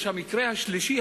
יש המקרה שלישי,